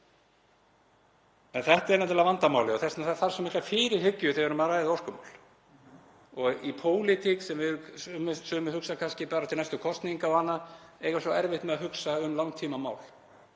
En þetta er nefnilega vandamálið og þess vegna þarf svo mikla fyrirhyggju þegar um er að ræða orkumál og í pólitík þar sem sumir hugsa kannski bara til næstu kosninga og eiga erfitt með að hugsa um langtímamál